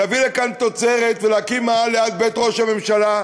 להביא לכאן תוצרת ולהקים מאהל ליד משרד ראש הממשלה.